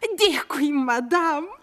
dėkui madam